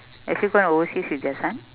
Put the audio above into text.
have you gone overseas with your son